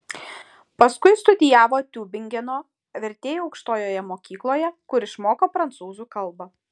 paskui studijavo tiubingeno vertėjų aukštojoje mokykloje kur išmoko prancūzų kalbą